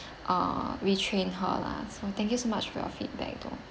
ah retrain her lah so thank you so much for your feedback though